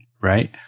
right